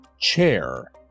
Chair